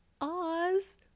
Oz